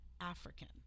African